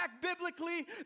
biblically